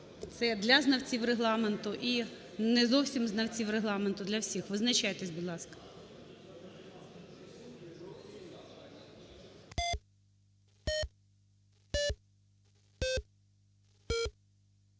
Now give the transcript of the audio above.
Це для знавців Регламенту, і не зовсім знавців Регламенту, для всіх. Визначайтесь, будь ласка.